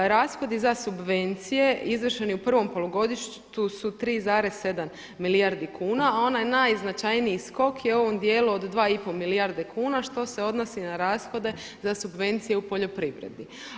Rashodi za subvencije izvršeni u prvom polugodištu su 3,7 milijardi kuna, a onaj najznačajniji skok je u ovom dijelu od 2 i pol milijarde kuna što se odnosi na rashode za subvencije u poljoprivredi.